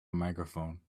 microphone